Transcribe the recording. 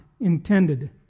intended